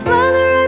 Father